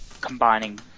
combining